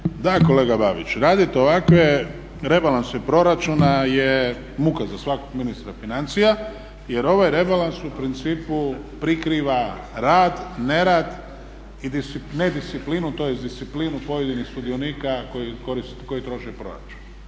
Da kolega Babić, raditi ovakve rebalanse proračuna je muka za svakog ministra financija jer ovaj rebalans u principu prikriva rad, nerad i nedisciplinu, tj. disciplinu pojedinih sudionika koji troše proračun.